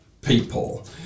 people